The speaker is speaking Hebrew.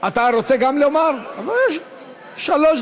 למה אני לא רוצה?